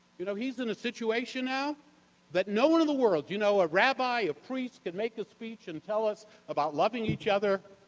you know, he's in a situation now that no one in the world you know, a rabbi, a priest can make a speech and tell us about loving each other,